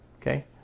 Okay